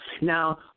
now